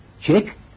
Check